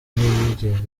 ntibigeze